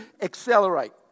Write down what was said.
accelerate